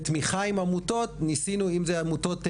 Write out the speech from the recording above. בתמיכה עם עמותות, אם זה עמותות מזון,